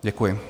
Děkuji.